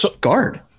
guard